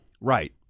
right